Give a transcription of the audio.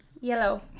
Yellow